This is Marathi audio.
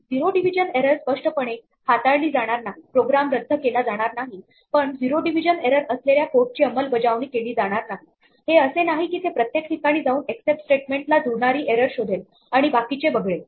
झिरो डिव्हिजन एरर स्पष्टपणे हाताळली जाणार नाही प्रोग्राम रद्द केला जाणार नाही पण झिरो डिव्हिजन एरर असलेल्या कोडची अंमलबजावणी केली जाणार नाही हे असे नाही की ते प्रत्येक ठिकाणी जाऊन एक्सेप्ट स्टेटमेंट ला जुळणारी एरर शोधेल आणि बाकीचे वगळेल